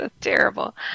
terrible